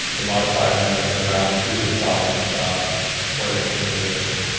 the modified amendment around to the province for their consideration.